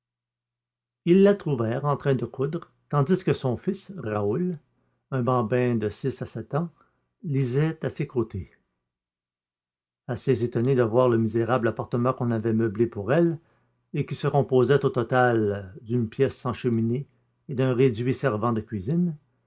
ils la trouvèrent en train de coudre tandis que son fils raoul un bambin de six à sept ans lisait à ses côtés assez étonné de voir le misérable appartement qu'on avait meublé pour elle et qui se composait au total d'une pièce sans cheminée et d'un réduit servant de cuisine